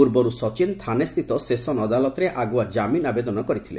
ପୂର୍ବରୁ ସଚିନ୍ ଥାନେ ସ୍ଥିତ ସେସନ ଅଦାଲତରେ ଆଗୁଆ ଜାମିନ୍ ଆବେଦନ କରିଥିଲେ